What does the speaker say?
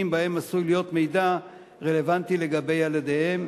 שבהם עשוי להיות מידע רלוונטי לילדיהם.